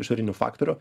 išorinių faktorių